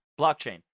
blockchain